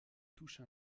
touche